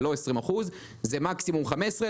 זה מקסימום 15%,